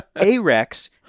A-Rex